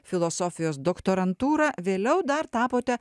filosofijos doktorantūrą vėliau dar tapote